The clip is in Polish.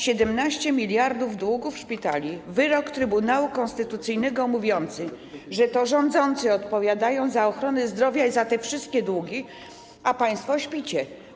17 mld długów szpitali, wyrok Trybunału Konstytucyjnego mówiący, że to rządzący odpowiadają za ochronę zdrowia i za te wszystkie długi, a państwo śpicie.